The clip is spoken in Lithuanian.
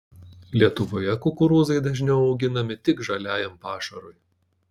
lietuvoje kukurūzai dažniau auginami tik žaliajam pašarui